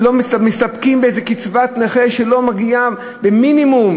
מסתפקים באיזו קצבת נכה שלא מגיעה למינימום,